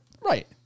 Right